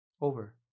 Over